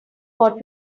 what